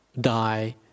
die